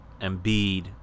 Embiid